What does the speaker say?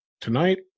Tonight